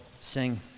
sing